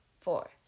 Four